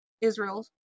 Israel